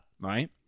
right